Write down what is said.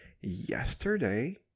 yesterday